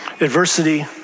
Adversity